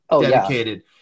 dedicated